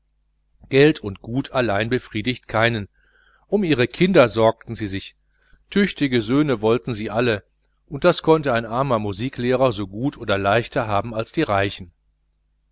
geld und gut allein befriedigte keinen um ihre kinder sorgten sie sich tüchtige söhne wollten sie alle und das konnte ein armer musiklehrer so gut oder leichter haben als die reichen